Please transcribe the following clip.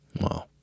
Wow